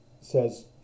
says